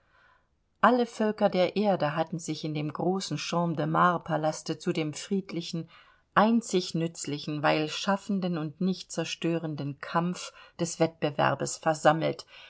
alle völker der erde hatten sich in dem großen champ de mars palaste zu den friedlichen einzig nützlichen weil schaffenden und nicht zerstörenden kampf des wettbewerbs versammelt